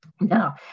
Now